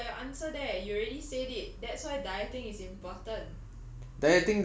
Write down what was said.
see so you got your answer there you already said it that's why dieting is important